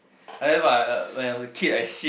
have ah where I was a kid I shit